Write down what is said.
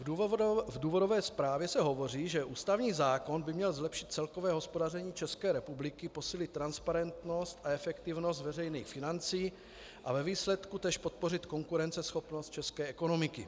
V důvodové zprávě se hovoří, že ústavní zákon by měl zlepšit celkové hospodaření České republiky, posílit transparentnost a efektivnost veřejných financí a ve výsledku též podpořit konkurenceschopnost české ekonomiky.